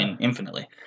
infinitely